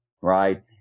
right